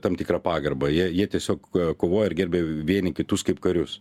tam tikra pagarba jie jie tiesiog kovojo ir gerbė vieni kitus kaip karius